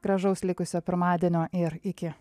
gražaus likusio pirmadienio ir iki